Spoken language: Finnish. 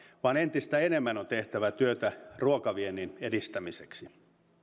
vaan entistä enemmän on tehtävä työtä ruokaviennin edistämiseksi